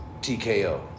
TKO